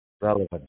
relevant